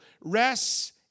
rests